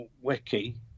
Wiki